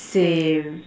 same